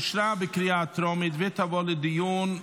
אני קובע כי הצעת חוק אומנה לילדים (תיקון,